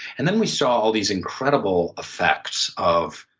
and then we saw all these incredible effects of